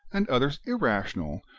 and others irrational,